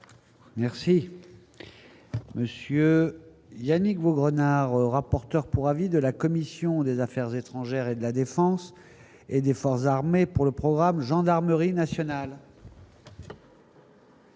Merci. Monsieur Yannick Vaugrenard, rapporteur pour avis de la commission des Affaires étrangères et de la Défense et des forces armées pour le programme, gendarmerie nationale.